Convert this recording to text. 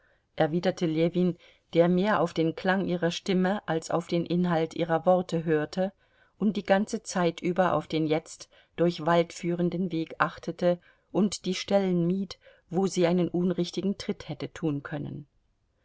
erwiderte ljewin der mehr auf den klang ihrer stimme als auf den inhalt ihrer worte hörte und die ganze zeit über auf den jetzt durch wald führenden weg achtete und die stellen mied wo sie einen unrichtigen tritt hätte tun können